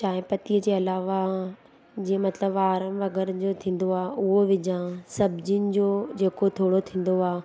चांहि पतीअ जे अलावा जीअं मतिलबु वार वगरि जो थींदो आहे उओ विझां सब्ज़ियुनि जो जेको थोरो थींदो आहे